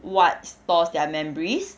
what stores their memories